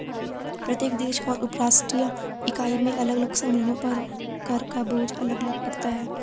प्रत्येक देश और उपराष्ट्रीय इकाई में अलग अलग समूहों पर कर का बोझ अलग अलग पड़ता है